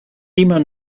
immer